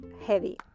heavy